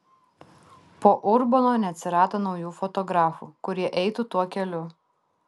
po urbono neatsirado naujų fotografų kurie eitų tuo keliu